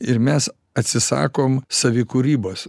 ir mes atsisakom savikūrybos